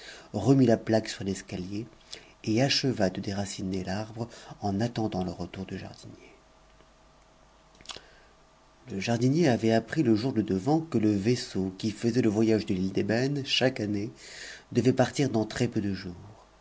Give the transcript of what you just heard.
remit la plaque sur l'escalier etacheva de déraciner l'arbre en attendant le retour du jardinier le jardinier avait appris le jour de devant que le vaisseau qui faisait h voyage de l'île d'ëbène chaque année devait partir dans très-peu de jours